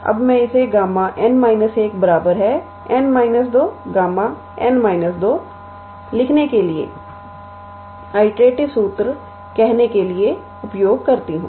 अब मैं इसे Γ𝑛 − 1 𝑛 − 2Γ𝑛 − 2 लिखने के लिए आईट्रैटीव सूत्र कहने के लिए उपयोग करती हूं